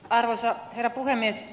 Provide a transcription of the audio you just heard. arvoisa herra puhemies